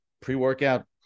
pre-workout